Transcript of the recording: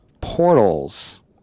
portals